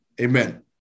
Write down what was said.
Amen